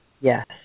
Yes